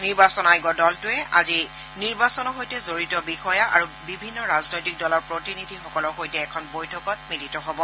নিৰ্বাচন আয়োগৰ দলটোৱে আজি নিৰ্বাচনৰ সৈতে জড়িত বিষয়া আৰু বিভিন্ন ৰাজনৈতিক দলৰ প্ৰতিনিধিসকলৰ সৈতে এখন বৈঠকত মিলিত হব